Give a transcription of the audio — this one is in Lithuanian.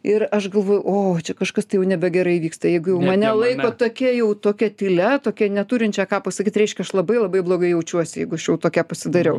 ir aš galvoju o čia kažkas tai jau nebegerai vyksta jeigu jau mane laiko tokia jau tokia tylia tokia neturinčia ką pasakyt reiškia aš labai labai blogai jaučiuosi jeigu aš jau tokia pasidariau